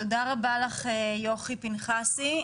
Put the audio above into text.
תודה רבה לך יוכי פנחסי.